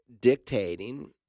dictating